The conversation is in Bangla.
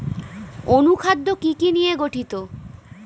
অনুখাদ্য কি কি নিয়ে গঠিত?